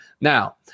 now